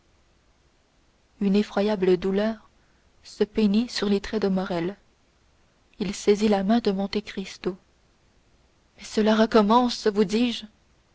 une effroyable douleur se peignit sur les traits de morrel il saisit la main de monte cristo mais cela recommence vous dis-je